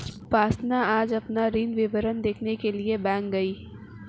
उपासना आज अपना ऋण विवरण देखने के लिए बैंक गई